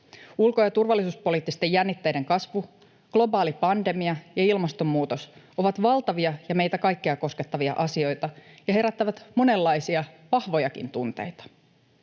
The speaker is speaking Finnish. Ulko- ja turvallisuuspoliittisten jännitteiden kasvu, globaali pandemia ja ilmastonmuutos ovat valtavia ja meitä kaikkia koskettavia asioita ja herättävät monenlaisia vahvojakin tunteita.